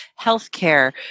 healthcare